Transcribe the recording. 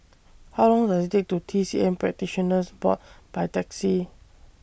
How Long Does IT Take toT C M Practitioners Board By Taxi